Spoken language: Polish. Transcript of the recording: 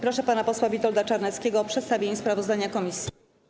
Proszę pana posła Witolda Czarneckiego o przedstawienie sprawozdania komisji.